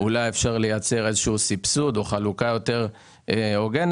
אולי אפשר לייצר סבסוד או חלוקה יותר הוגנים.